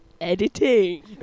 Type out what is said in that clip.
Editing